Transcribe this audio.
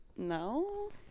No